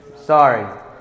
Sorry